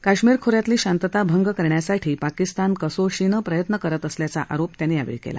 काश्मीर खो यातली शांतता भंग करण्यासाठी पाकिस्तान कसोशीने प्रयत्न करत असल्याचा आरोप त्यांनी यावेळी केला